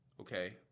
okay